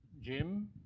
Jim